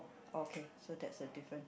okay so that's a difference